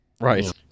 Right